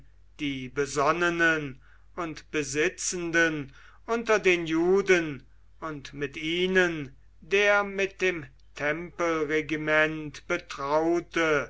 die besonnenen und besitzenden unter den juden und mit ihnen der mit dem tempelregiment betraute